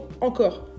Encore